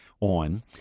on